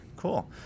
Cool